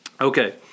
Okay